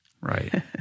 Right